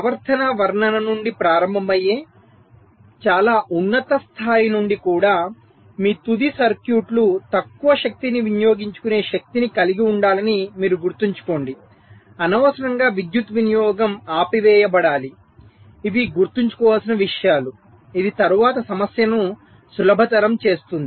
ప్రవర్తన వర్ణన నుండి ప్రారంభమయ్యే చాలా ఉన్నత స్థాయి నుండి కూడా మీ తుది సర్క్యూట్లు తక్కువ శక్తిని వినియోగించుకునే శక్తిని కలిగి ఉండాలని మీరు గుర్తుంచుకోండి అనవసరంగా విద్యుత్ వినియోగం ఆపివేయబడాలి ఇవి గుర్తుంచుకోవలసిన విషయాలు ఇది తరువాత సమస్యను సులభతరం చేస్తుంది